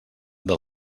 del